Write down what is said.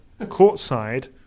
courtside